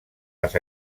les